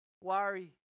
worry